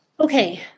okay